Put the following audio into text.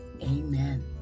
Amen